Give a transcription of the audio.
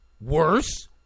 worse